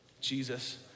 Jesus